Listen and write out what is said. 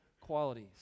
qualities